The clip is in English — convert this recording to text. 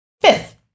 Fifth